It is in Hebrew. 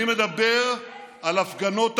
אני מדבר על הפגנות אחרות,